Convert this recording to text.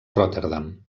rotterdam